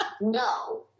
No